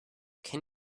can